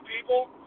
people